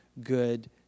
good